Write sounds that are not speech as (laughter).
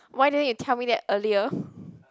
why didn't you tell me that earlier (breath)